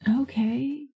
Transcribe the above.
Okay